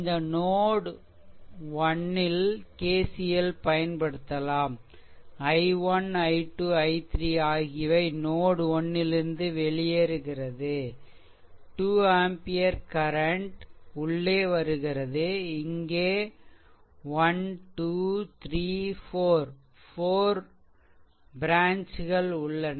இந்த note 1 KCL பயன்படுத்தலாம் i1 i 2 i3 ஆகியவை நோட் 1 லிருந்து வெளியறுகிறது 2 ஆம்பியர் கரண்ட் உள்ளே வருகிறதுஇங்கே 1234 4 ப்ரான்ச்கள் உள்ளன